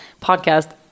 podcast